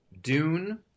Dune